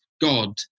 God